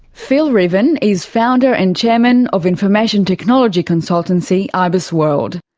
phil ruthven is founder and chairman of information technology consultancy, ibis world.